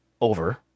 over